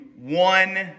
one